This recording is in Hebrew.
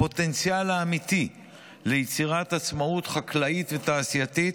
הפוטנציאל האמיתי ליצירת עצמאות חקלאית ותעשייתית,